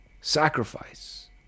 sacrifice